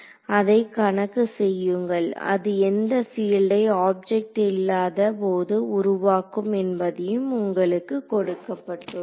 அதை கணக்கு செய்யுங்கள் அது எந்தப் பீல்டை ஆப்ஜெக்ட் இல்லாத போது உருவாக்கும் என்பதையும் உங்களுக்கு கொடுக்கப்பட்டுள்ளது